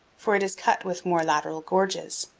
for it is cut with more lateral gorges.